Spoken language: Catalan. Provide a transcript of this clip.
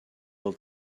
del